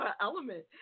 element